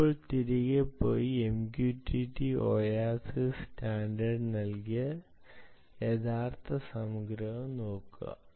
ഇപ്പോൾ തിരികെ പോയി MQTT ഒയാസിസ് സ്റ്റാൻഡേർഡ് നൽകിയ യഥാർത്ഥ സംഗ്രഹം നോക്കുക